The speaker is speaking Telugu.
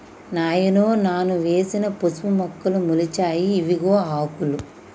నాయనో నాను వేసిన పసుపు మొక్కలు మొలిచాయి ఇవిగో ఆకులు